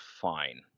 fine